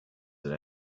that